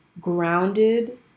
grounded